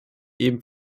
eben